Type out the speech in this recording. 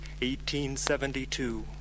1872